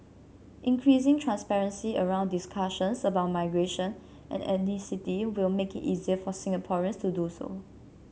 increasing transparency around discussions about migration and ethnicity will make it easier for Singaporeans to do so